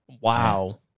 wow